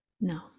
No